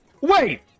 Wait